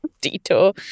detour